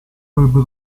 avrebbe